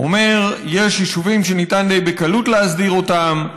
הוא אומר: יש יישובים שניתן בקלות להסדיר אותם,